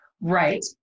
Right